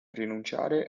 rinunciare